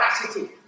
capacity